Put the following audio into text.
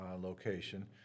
location